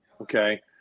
okay